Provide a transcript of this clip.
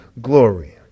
glory